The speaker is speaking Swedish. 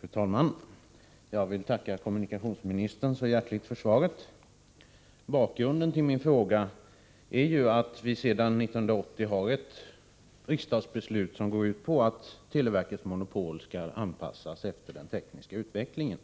Fru talman! Jag vill tacka kommunikationsministern så hjärtligt för svaret. Bakgrunden till min fråga är att vi sedan 1980 har ett riksdagsbeslut, som går ut på att televerkets monopol skall anpassas efter den tekniska utvecklingen.